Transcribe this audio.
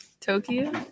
Tokyo